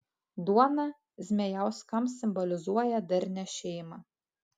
duona zmejauskams simbolizuoja darnią šeimą